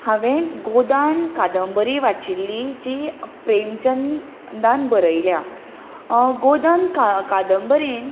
हांवें गोदान कादंबरी वाचिल्ली जी प्रेमचंदान बरयल्या गोदान कादंबरींत